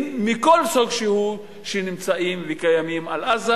מכל סוג שהוא שנמצאים וקיימים על עזה,